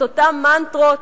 את אותן מנטרות?